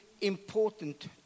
important